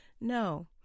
No